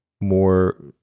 more